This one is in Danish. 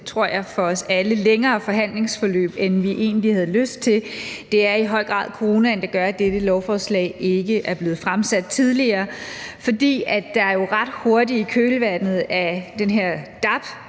tror jeg for os alle, længere forhandlingsforløb, end vi egentlig havde lyst til. Det er i høj grad coronaen, der gør, at dette lovforslag ikke er blevet fremsat tidligere, fordi der jo ret hurtigt i kølvandet af den her